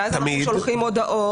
ואז אנחנו שולחים הודעות.